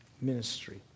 ministry